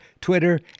Twitter